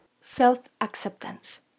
self-acceptance